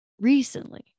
recently